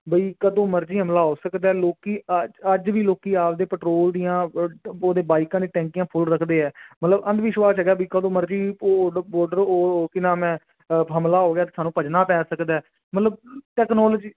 ਬਈ ਕਦੋਂ ਮਰਜ਼ੀ ਹਮਲਾ ਹੋ ਸਕਦਾ ਲੋਕੀ ਅ ਅੱਜ ਵੀ ਲੋਕ ਆਪਦੇ ਪੈਟਰੋਲ ਦੀਆਂ ਉਹਦੇ ਬਾਈਕਾਂ ਦੀਆ ਟੈਂਕੀਆਂ ਫੁੱਲ ਰੱਖਦੇ ਆ ਮਤਲਬ ਅੰਧ ਵਿਸ਼ਵਾਸ ਹੈਗਾ ਵੀ ਕਦੋਂ ਮਰਜ਼ੀ ਉਹ ਬਾਰਡਰ ਉਹ ਕੀ ਨਾਮ ਹੈ ਅ ਹਮਲਾ ਹੋ ਗਿਆ ਸਾਨੂੰ ਭੱਜਣਾ ਪੈ ਸਕਦਾ ਮਤਲਬ ਟੈਕਨੋਲੋਜੀ